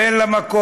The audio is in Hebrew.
אין לה מקום,